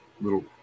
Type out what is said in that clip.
little